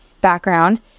background